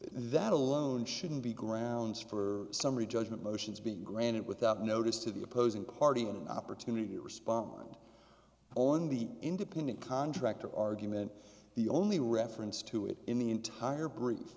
that alone shouldn't be grounds for summary judgment motions be granted without notice to the opposing party with an opportunity to respond on the independent contractor argument the only reference to it in the entire br